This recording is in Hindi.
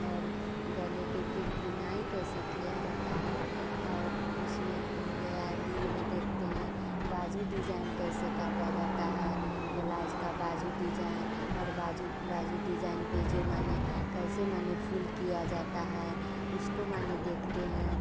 और गले पर फिर बुनाई कैसे किया जाता है और उसमें हो गया रील में देखते हैं बाज़ू डिजाइन कैसे काटा जाता है बलाउज का बाज़ू डिजाइन और बाज़ू बाज़ू डिजाइन पर जो माने कैसे माने फ़ुल किया जाता है उसको माने देखते हैं